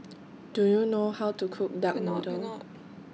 Do YOU know How to Cook Duck Noodle